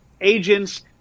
agents